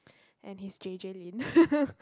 and he is J_J-Lin